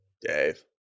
Dave